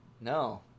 No